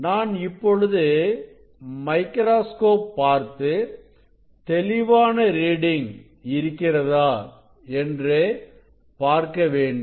நான் இப்பொழுது மைக்ராஸ்கோப் பார்த்து தெளிவான ரீடிங் இருக்கிறதா என்று பார்க்க வேண்டும்